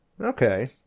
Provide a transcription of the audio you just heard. Okay